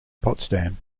potsdam